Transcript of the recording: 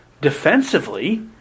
defensively